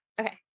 Okay